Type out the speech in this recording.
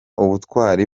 ubutwari